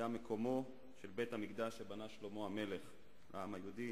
היה מקומו של בית-המקדש שבנה שלמה המלך לעם היהודי,